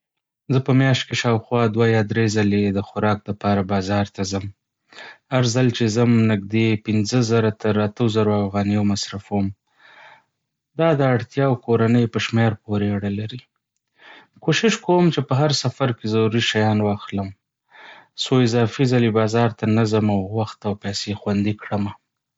زه په میاشت کې شاوخوا دوه يا درې ځلې د خوراک لپاره بازار ته ځم. هر ځل چې ځم، نږدې پنځه زره تر اتو زره افغانۍ مصرف کوم، دا د اړتیا او کورنۍ په شمېر پورې اړه لري. کوشش کوم چې په هر سفر کې ضروري شیان واخلم څو اضافي ځلې بازار ته نه ځم او وخت او پیسې خوندي کړم.